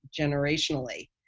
generationally